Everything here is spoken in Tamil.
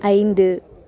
ஐந்து